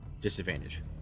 disadvantage